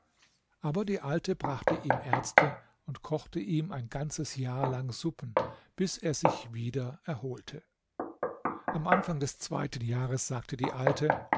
aber die alte brachte ihm ärzte und kochte ihm ein ganzes jahr lang suppen bis er sich wieder erholte am anfang des zweiten jahres sagte die alte